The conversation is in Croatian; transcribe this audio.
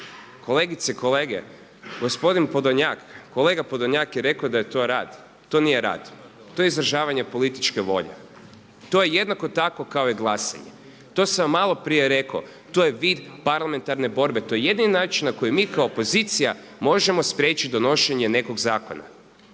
Kolegice i kolege gospodin Podolnjak, kolega Podolnjak je rekao da je to rad. To nije rad, to je izražavanje političke volje. To je jednako tako kao i glasanje. To sam vam maloprije rekao to je vid parlamentarne borbe. To je jedini način na koji mi kao opozicija možemo spriječiti donošenje nekog zakona